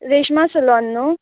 रेश्मा सोलोन न्हू